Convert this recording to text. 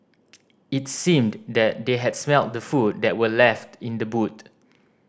it seemed that they had smelt the food that were left in the boot